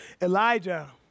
Elijah